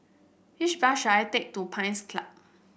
which bus should I take to Pines Club